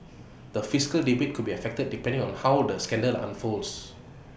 the fiscal debate could be affected depending on how the scandal unfolds